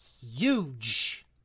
huge